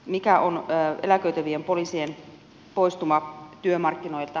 mikä on eläköityvien poliisien poistuma työmarkkinoilta